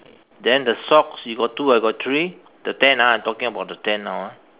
then the socks you got two I got three the tent ah I'm talking about the tent now ah